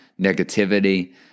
negativity